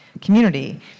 community